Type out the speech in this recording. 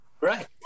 right